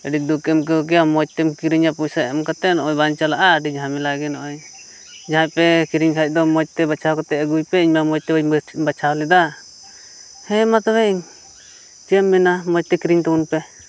ᱟᱹᱰᱤ ᱫᱩᱠᱮᱢ ᱟᱹᱭᱠᱟᱹᱣ ᱠᱮᱭᱟ ᱢᱚᱡᱽ ᱛᱮᱢ ᱠᱤᱨᱤᱧᱟ ᱯᱚᱭᱥᱟ ᱮᱢ ᱠᱟᱛᱮᱫ ᱱᱚᱜᱼᱚᱭ ᱵᱟᱝ ᱪᱟᱞᱟᱜᱼᱟ ᱟᱹᱰᱤ ᱡᱷᱟᱢᱮᱞᱟ ᱜᱮ ᱱᱚᱜᱼᱚᱭ ᱡᱟᱦᱟᱸᱭ ᱯᱮ ᱠᱤᱨᱤᱧ ᱠᱷᱟᱱ ᱫᱚ ᱢᱚᱡᱽ ᱛᱮ ᱵᱟᱪᱷᱟᱣ ᱠᱟᱛᱮᱫ ᱟᱹᱜᱩᱭ ᱯᱮ ᱤᱧ ᱛᱚ ᱢᱚᱡᱽ ᱛᱮ ᱵᱟᱹᱧ ᱵᱟᱪᱷᱟᱣ ᱞᱮᱫᱟ ᱮᱸ ᱢᱟ ᱛᱚᱵᱮ ᱪᱮᱫ ᱮᱢ ᱢᱮᱱᱟ ᱢᱚᱡᱽ ᱛᱮ ᱠᱤᱨᱤᱧ ᱛᱟᱵᱚᱱ ᱯᱮ